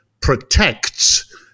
protects